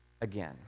again